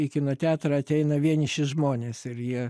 į kino teatrą ateina vieniši žmonės ir jie